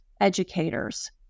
educators